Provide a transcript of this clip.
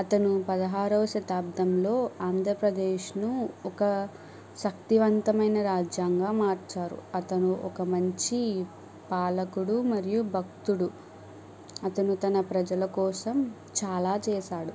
అతను పదహారవ శతాబ్దంలో ఆంధ్రప్రదేశ్ను ఒక శక్తివంతమైన రాజ్యంగా మార్చారు అతను ఒక మంచి పాలకుడు మరియు భక్తుడు అతను తన ప్రజల కోసం చాలా చేశాడు